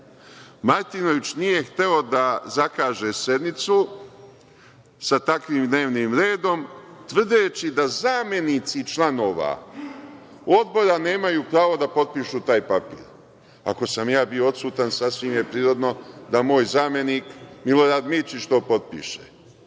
Martinović nije hteo da zakaže sednicu sa takvim dnevnim redom tvrdeći da zamenici članova Odbora nemaju pravo da potpišu taj papir. Ako sam ja bio odsutan sasvim je prirodno da moj zamenik Milorad Mirčić to potpiše.